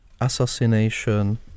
assassination